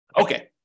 Okay